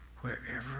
wherever